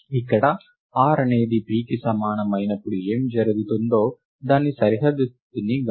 ఇక్కడ r అనేది pకి సమానం అయినప్పుడు ఏమి జరుగుతుందో దాని సరిహద్దు స్థితిని గమనించండి